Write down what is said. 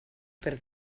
per